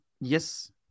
yes